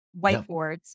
whiteboards